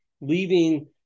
leaving